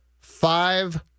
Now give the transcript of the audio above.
five